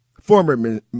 former